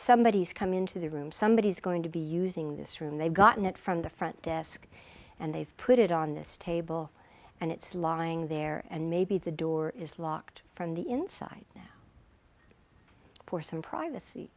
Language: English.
somebody has come into the room somebody is going to be using this room they've gotten it from the front desk and they've put it on this table and it's lying there and maybe the door is locked from the inside for some privacy